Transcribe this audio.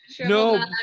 no